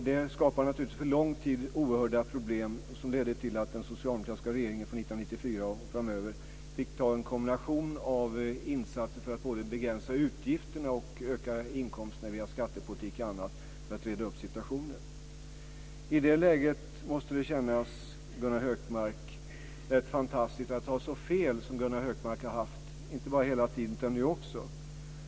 Det skapade naturligtvis problem för lång tid som ledde till att den socialdemokratiska regeringen från 1994 och framöver fick göra en kombination av insatser för att begränsa utgifterna och öka inkomsterna via skattepolitik och annat för att reda upp situationen. I det läget måste det kännas rätt fantastiskt att ha så fel som Gunnar Hökmark har haft hela tiden och nu också.